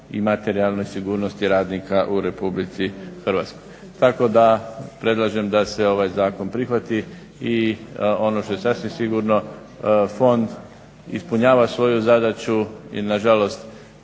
i materijalnoj sigurnosti radnika u Republici Hrvatskoj. Tako da predlažem da se ovaj Zakon prihvati. I ono što je sasvim sigurno, fond ispunjava svoju zadaću i na žalost